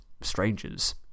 strangers